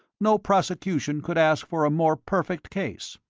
no prosecution could ask for a more perfect case.